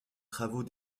travaux